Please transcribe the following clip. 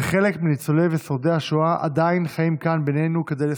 וחלק מניצולי ושורדי השואה עדיין חיים כאן בינינו כדי לספר.